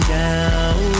down